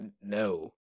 No